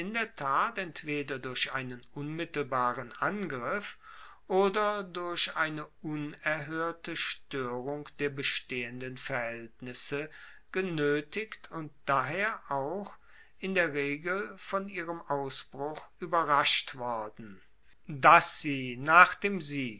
entweder durch einen unmittelbaren angriff oder durch eine unerhoerte stoerung der bestehenden politischen verhaeltnisse genoetigt und daher auch in der regel von ihrem ausbruch ueberrascht worden dass sie nach dem sieg